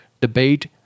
debate